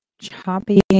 Choppy